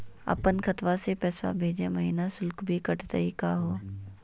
अपन खतवा से पैसवा भेजै महिना शुल्क भी कटतही का हो?